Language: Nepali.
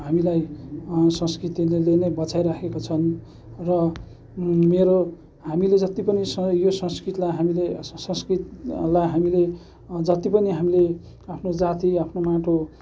हामीलाई संस्कृतिले नैँ बचाइराखेको छन् र मेरो हामीले जति पनि यो संस्कृतिलाई हामीले संस्कृतिलाई हामीले जति पनि हामीले आफ्नो जाति आफ्नो माटो